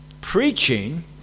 preaching